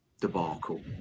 debacle